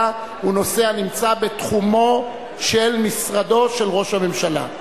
הוא נושא הנמצא בתחומו של משרדו של ראש הממשלה.